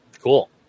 Cool